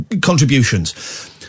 contributions